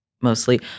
Mostly